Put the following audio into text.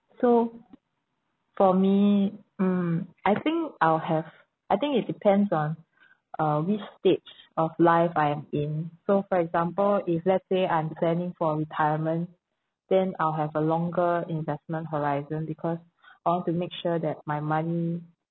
so for me mm I think I'll have I think it depends on uh which stage of life I am in so for example if let's say I'm planning for retirement then I'll have a longer investment horizon because I want to make sure that my money